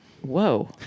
Whoa